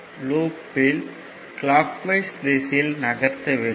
லூப்யில் clockwise திசையில் நகர்த்த வேண்டும்